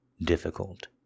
difficult